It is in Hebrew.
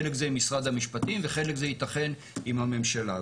חלק זה משרד המשפטים וחלק זה יתכן עם הממשלה.